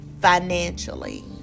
financially